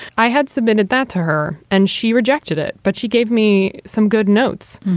i had submitted that to her and she rejected it. but she gave me some good notes.